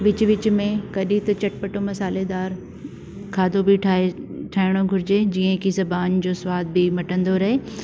विच विच में कॾहिं त चटपटो मसालेदार खाधो बि ठाहे ठाहिणो घुरिजे जीअं कि ज़बान जो सवाद बि मटंदो रहे